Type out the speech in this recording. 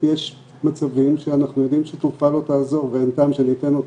יש מצבים שאנחנו יודעים שתרופה לא תעזור ואין טעם שניתן אותה.